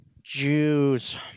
Jews